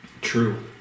True